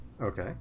Okay